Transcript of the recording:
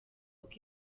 uko